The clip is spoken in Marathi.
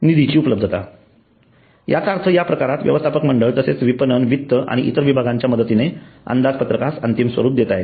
निधीची उपलब्धता याचा अर्थ या प्रकारात व्यवस्थापक मंडळ तसेच विपणन वित्त आणि इतर विभागाच्या मदतीने अंदाज पत्रकास अंतिम स्वरूप देतात